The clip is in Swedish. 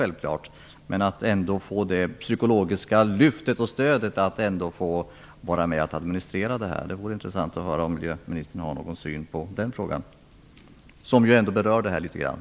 De borde få det psykologiska lyftet och stödet som det ändå innebär att ändå få vara med att administrera frågan. Det vore intressant att få höra om miljöministern har någon syn på den frågan, som ju ändå berör det här litet grand.